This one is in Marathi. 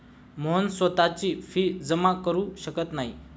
मोहन स्वतःची फी जमा करु शकत नाही